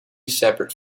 separate